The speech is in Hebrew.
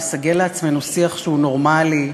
לסגל לעצמנו שיח שהוא נורמלי,